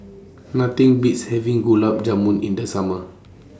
Nothing Beats having Gulab Jamun in The Summer